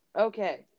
Okay